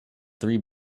three